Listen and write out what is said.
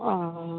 ও